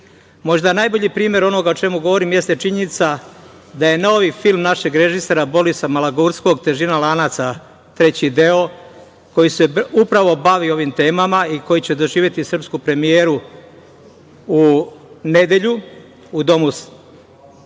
guše. Možda najbolji primer onoga o čemu govorim jeste činjenica da novi film našeg režisera Borisa Malagurskog „Težina lanaca 3. deo“, koji se upravo bavi ovim temama i koji će doživeti srpsku premijeru u nedelju, u Domu Sindikata,